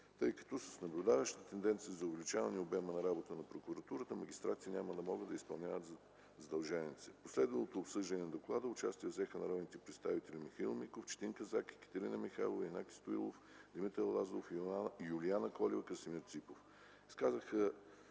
тъй като с наблюдаващата се тенденция за увеличаване обема на работа на прокуратурата, магистратите няма да могат да изпълняват задълженията си. В последвалото обсъждане на доклада участие взеха народните представители Михаил Миков, Четин Казак, Екатерина Михайлова, Янаки Стоилов, Димитър Лазаров, Юлиана Колева и Красимир Ципов. Изказа